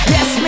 Yes